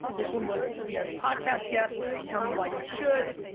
this one was to be a podcast guest, tell me why you should.